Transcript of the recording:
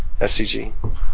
SCG